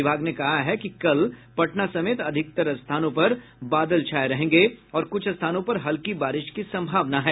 विभाग ने कहा है कि कल पटना समेत अधिकतर स्थानों में बादल छाये रहेंगे और कुछ स्थानों पर हल्की बारिश की संभावना है